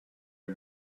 are